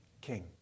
king